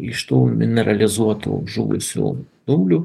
iš tų mineralizuotų žuvusių dumblių